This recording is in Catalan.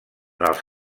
els